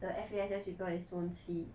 the F_A_S_S people is zone C